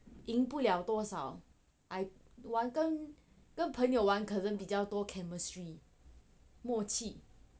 赢不了多少 I wan~ 跟跟朋友玩可能比较多 chemistry 默契